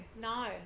no